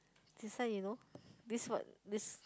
this one you know this one this